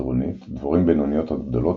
מדרונית – דבורים בינוניות עד גדולות,